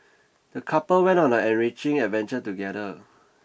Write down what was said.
the couple went on an enriching adventure together